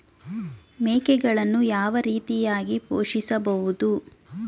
ಮೇಕೆಗಳನ್ನು ಯಾವ ರೀತಿಯಾಗಿ ಪೋಷಿಸಬಹುದು?